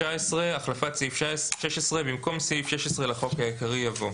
החלפת סעיף 16 19. במקום סעיף 16 לחוק העיקרי יבוא: